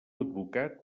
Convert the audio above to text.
advocat